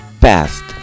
best